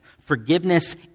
forgiveness